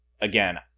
again